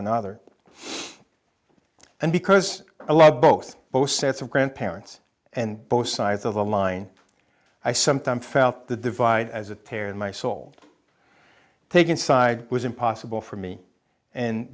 another and because i loved both both sets of grandparents and both sides of the line i sometimes felt the divide as a tear in my soul taking side was impossible for me and